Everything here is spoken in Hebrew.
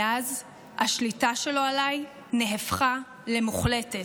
ואז השליטה שלו עליי נהפכה למוחלטת.